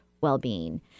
well-being